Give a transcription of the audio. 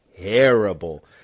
terrible